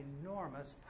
enormous